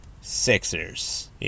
Sixers